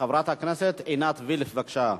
חברת הכנסת עינת וילף, בבקשה.